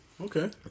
Okay